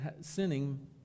sinning